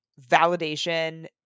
validation